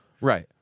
Right